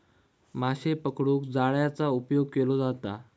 माशे पकडूक जाळ्याचा उपयोग केलो जाता